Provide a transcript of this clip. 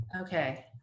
Okay